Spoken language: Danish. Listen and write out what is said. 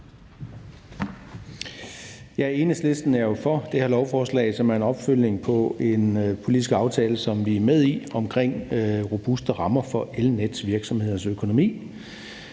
Enhedslisten er jo for det her lovforslag, som er en opfølgning på en politisk aftale, som vi er med i, omkring robuste rammer for elnetvirksomhedernes økonomi.